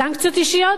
סנקציות אישיות,